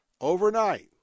Overnight